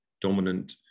dominant